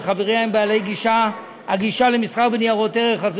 וחבריה הם בעלי הגישה למסחר בניירות ערך.